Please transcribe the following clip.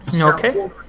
Okay